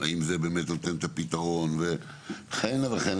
האם זה באמת נותן את הפתרון וכהנא וכהנא.